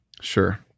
Sure